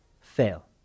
fail